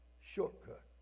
shortcut